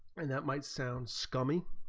and that might sound scummy